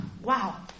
Wow